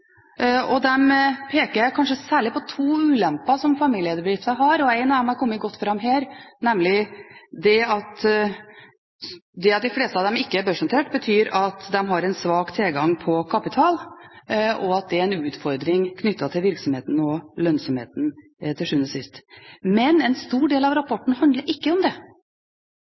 kanskje særlig på to ulemper som familieeide bedrifter har, og en er kommet godt fram her, nemlig det at de fleste av dem ikke er børsnotert, betyr at de har en svak tilgang på kapital, og at det er en utfordring knyttet til virksomheten og lønnsomheten til syvende og sist. En stor del av rapporten handler ikke om det.